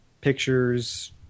Pictures